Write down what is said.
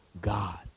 God